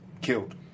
killed